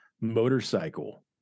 motorcycle